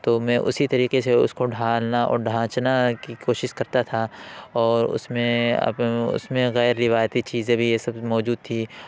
تو میں اسی طریقے سے اس کو ڈھالنا اور ڈھانچنا کی کوشش کرتا تھا اور اس میں اس میں غیر روایتی چیزیں بھی یہ سب موجود تھی